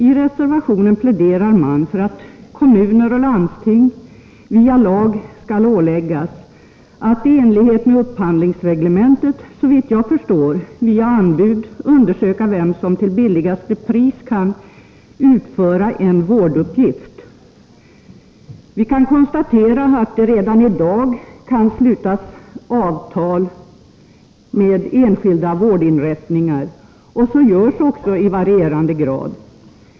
I den pläderar de för att kommuner och landsting i lag skall åläggas att i enlighet med upphandlingsreglementet, såvitt jag förstår, via anbud undersöka vem som till lägsta pris kan utföra en vårduppgift. Vi kan konstatera att avtal med enskilda vårdinrättningar kan slutas redan i dag, och så görs också i varierande grad.